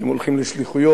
אתם הולכים לשליחויות,